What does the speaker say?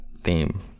theme